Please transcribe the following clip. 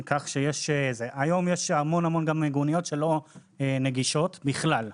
היום, יש המון מיגוניות שהן לא נגישות בכלל.